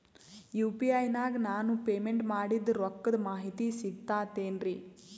UPI ನಾಗ ನಾನು payment ಮಾಡಿದ ರೊಕ್ಕದ ಮಾಹಿತಿ ಸಿಕ್ತಾತೇನ್ರೀ?